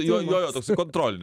jo jo jo toks kontrolinis